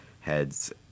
heads